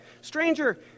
Stranger